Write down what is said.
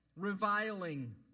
Reviling